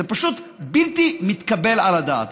זה פשוט בלתי מתקבל על הדעת.